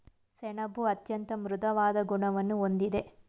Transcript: ಸೆಣಬು ಅತ್ಯಂತ ಮೃದುವಾದ ಗುಣವನ್ನು ಹೊಂದಿದೆ